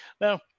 Now